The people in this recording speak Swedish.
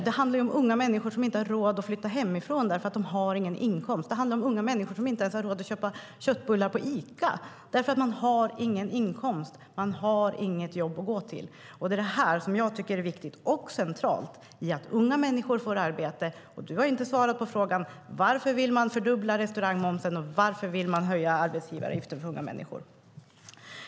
Det handlar om unga människor som inte har råd att flytta hemifrån därför att de inte har någon inkomst. Det handlar om unga människor som inte ens har råd att köpa köttbullar på Ica därför att de inte har någon inkomst och inte har något jobb att gå till. Det är det som jag tycker är viktigt och centralt i att unga människor får arbete. Och du har inte svarat på frågorna: Varför vill ni fördubbla restaurangmomsen, och varför vill ni höja arbetsgivaravgiften för unga människor?